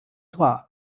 zła